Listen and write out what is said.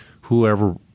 whoever